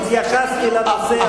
אבל זה לא נוגע בכלל לנושא של גיור,